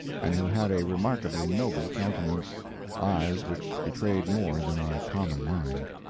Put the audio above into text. and who had a remarkably noble countenance eyes which betrayed more than a common mind.